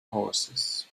horses